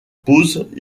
pause